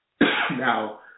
Now